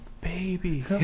baby